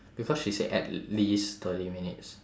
because she said at least thirty minutes